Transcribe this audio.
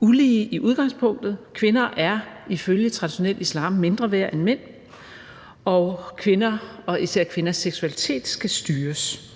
ulige i udgangspunktet. Kvinder er ifølge traditionel islam mindre værd end mænd, og kvinder og især kvinders seksualitet skal styres.